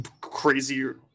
crazier